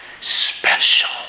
special